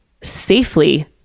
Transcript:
safely